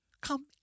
Come